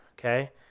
Okay